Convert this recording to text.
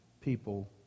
people